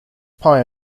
pie